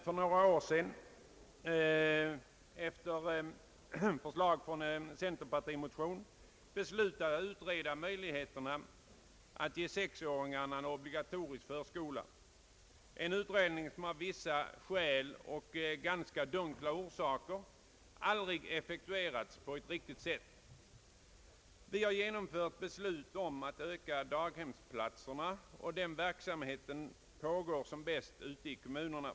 För några år sedan — efter förslag i en centermotion — beslöt riksdagen att utreda möjligheterna att ge sexåringarna en obligatorisk förskola, en utredning som av vissa skäl och ganska dunkla orsaker aldrig blev effektuerad på ett riktigt sätt. Vi har genomfört beslut om att öka daghemsplatserna, och den verksamheten pågår som bäst ute i kommunerna.